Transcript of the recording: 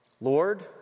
Lord